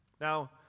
Now